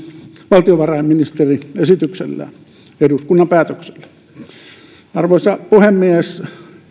valtiovarainministeri esityksellään eduskunnan päätöksellä arvoisa puhemies